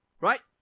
Right